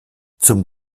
zum